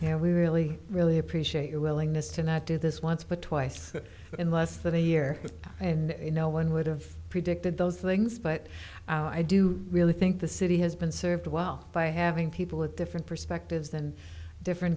now we really really appreciate your willingness to not do this once but twice in less than a year and no one would've predicted those things but i do really think the city has been served well by having people with different perspectives and different